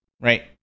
Right